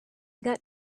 got